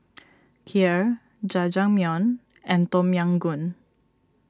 Kheer Jajangmyeon and Tom Yam Goong